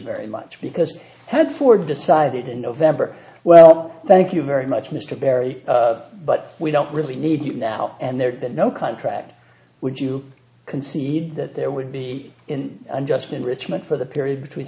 very much because that's for decided in november well thank you very much mr berry of but we don't really need you now and there's been no contract would you concede that there would be in unjust enrichment for the period between